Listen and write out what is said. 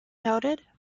noted